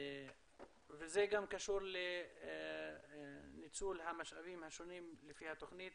זה גם קשור לניצול המשאבים השונים לפי התוכנית